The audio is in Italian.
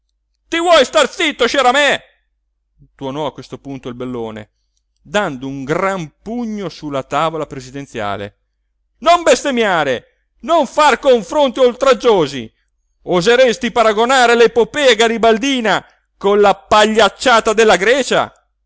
ti vuoi star zitto sciaramè tuonò a questo punto il bellone dando un gran pugno su la tavola presidenziale non bestemmiare non far confronti oltraggiosi oseresti paragonare l'epopea garibaldina con la pagliacciata della grecia